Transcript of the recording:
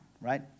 right